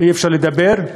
אי-אפשר לדבר.